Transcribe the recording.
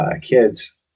kids